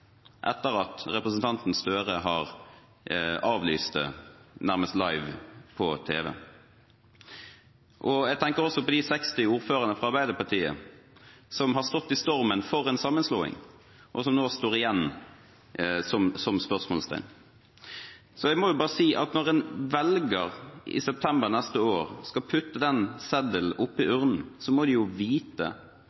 etter at representanten Gahr Støre nærmest har avlyst den «live» på tv. Jeg tenker også på de 60 ordførerne fra Arbeiderpartiet som har stått i stormen for en sammenslåing, og som nå står igjen som spørsmålstegn. Jeg må bare si at når velgerne i september neste år skal putte seddelen opp i